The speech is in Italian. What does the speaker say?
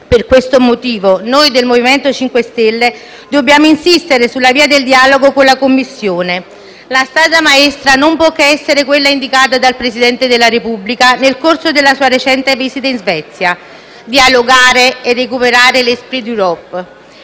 Per questo motivo noi del MoVimento 5 Stelle dobbiamo insistere sulla via del dialogo con la Commissione. La strada maestra non può che essere quella indicata dal Presidente della Repubblica nel corso della sua recente visita in Svezia: dialogare e recuperare *l'esprit d'Europe*.